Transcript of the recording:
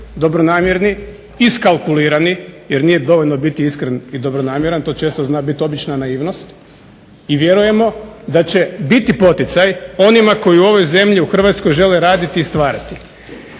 dobronamjerni, iskalkulirani jer nije dovoljno biti iskren i dobronamjeran, to često zna bit obična naivnost. I vjerujemo da će biti poticaj onima koji u ovoj zemlji u Hrvatskoj žele raditi i stvarati.